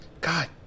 god